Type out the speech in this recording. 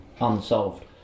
unsolved